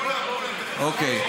אוקיי.